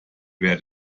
where